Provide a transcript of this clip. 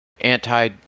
Anti